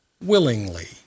willingly